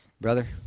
Brother